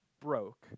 broke